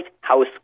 House